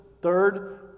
Third